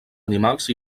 animals